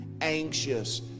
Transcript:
anxious